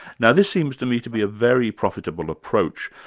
now this seems to me to be a very profitable approach,